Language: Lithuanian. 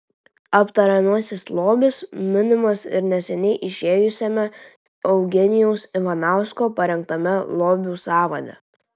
aptariamasis lobis minimas ir neseniai išėjusiame eugenijaus ivanausko parengtame lobių sąvade